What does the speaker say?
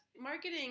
marketing